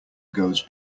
goes